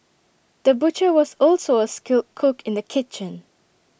the butcher was also A skilled cook in the kitchen